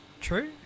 true